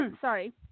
sorry